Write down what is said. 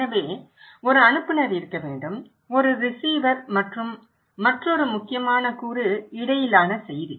எனவே ஒரு அனுப்புநர் இருக்க வேண்டும் ஒரு ரிசீவர் மற்றும் மற்றொரு முக்கியமான கூறு இடையிலான செய்தி